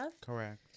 Correct